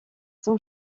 son